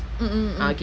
mmhmm mm mm